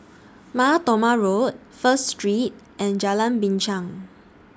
Mar Thoma Road First Street and Jalan Binchang